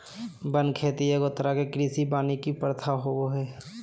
वन खेती एगो तरह के कृषि वानिकी प्रथा होबो हइ